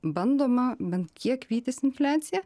bandoma bent kiek vytis infliaciją